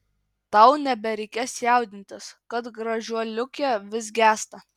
tau nebereikės jaudintis kad gražuoliuke vis gęsta